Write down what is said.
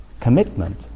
commitment